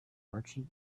merchant